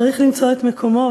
צריך למצוא את מקומו,